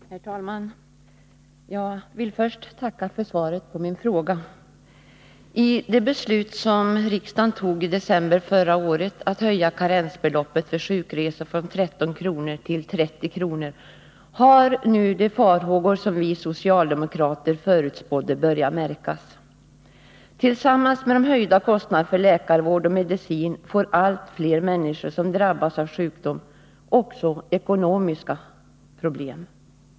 Herr talman! Jag vill först tacka för svaret på min fråga. Efter det beslut som riksdagen tog i december förra året om att höja karensbeloppet för sjukresor från 13 till 30 kr. har nu de negativa effekter som vi socialdemokrater förutspådde börjat märkas. Genom denna höjning tillsammans med de höjda kostnaderna för läkarvård och medicin får allt fler människor som drabbas av sjukdom också ekonomiska problem.